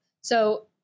So-